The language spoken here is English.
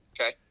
Okay